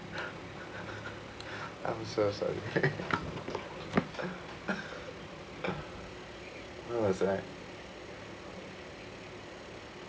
I'm so sorry what was that